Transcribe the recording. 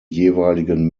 jeweiligen